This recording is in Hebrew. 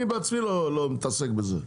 אני בעצמי לא מתעסק בזה,